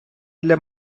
для